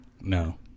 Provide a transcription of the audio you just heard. No